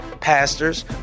pastors